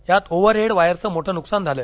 यात overhead वायरचं मोठं नुकसान झालं